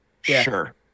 Sure